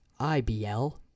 IBL